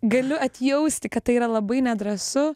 galiu atjausti kad tai yra labai nedrąsu